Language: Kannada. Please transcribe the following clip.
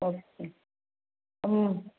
ಓಕೆ ಹ್ಞೂ